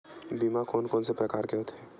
बीमा कोन कोन से प्रकार के होथे?